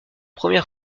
première